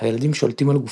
הילדים שולטים על גופם,